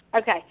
Okay